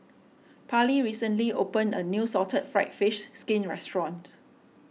Parlee recently opened a new Salted Fried Fish Skin restaurant